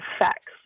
effects